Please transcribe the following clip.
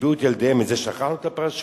שהטביעו את ילדיהן, את זה שכחנו, את הפרשיות